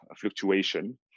fluctuation